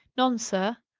none, sir.